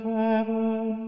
heaven